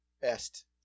best